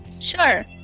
Sure